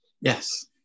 yes